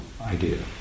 idea